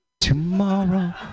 tomorrow